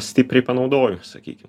stipriai panaudoju sakykim